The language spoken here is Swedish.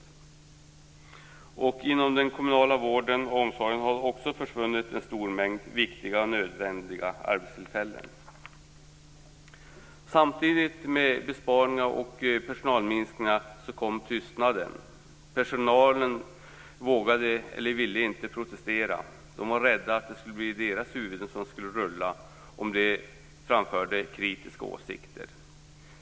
Också inom den kommunala vården och omsorgen har det försvunnit en stor mängd viktiga och nödvändiga arbetstillfällen. Samtidigt med besparingarna och personalminskningarna kom tystnaden. Personalen vågade eller ville inte protestera. Man var rädd för att dess huvuden skulle rulla, om man framförde kritiska åsikter.